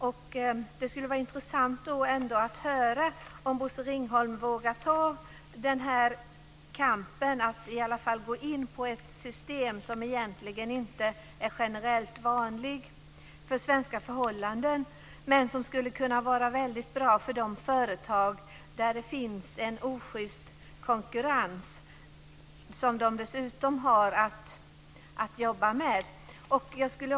Det skulle ändå vara intressant att höra om Bosse Ringholm vågar ta den här kampen att i alla fall gå in på ett system som egentligen inte är generellt vanligt för svenska förhållanden men som skulle kunna vara väldigt bra för de företag som dessutom har att jobba med en ojust konkurrens.